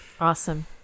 Awesome